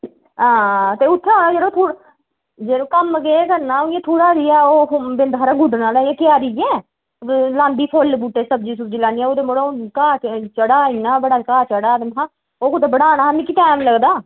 हां ते उत्थै एह् जरो थोह्ड़ा जरो कम्म केह् करना उ'ऐ थोह्ड़ा जेहा ओह् बिंद हारा गुड्ढना आह्ला क्यारी ऐ ते लांदी फुल्ल बूह्टे सब्जी सुब्जी लान्नी अ'ऊं ते मड़ो हुन घाऽ चढ़ा इन्ना बड़ा घाऽ चढ़ा ते महां ओह् कुतै बढ़ाना हा मिगी टैम निं लगदा